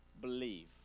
believe